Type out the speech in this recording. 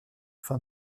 fin